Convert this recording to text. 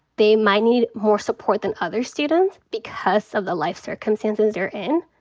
they might need more support than other students because of the life circumstances they're in.